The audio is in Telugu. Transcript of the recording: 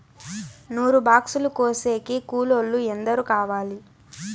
నూరు బాక్సులు కోసేకి కూలోల్లు ఎందరు కావాలి?